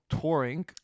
touring